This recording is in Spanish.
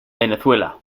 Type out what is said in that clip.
venezuela